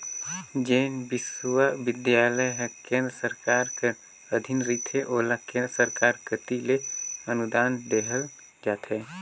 जेन बिस्वबिद्यालय हर केन्द्र सरकार कर अधीन रहथे ओला केन्द्र सरकार कती ले अनुदान देहल जाथे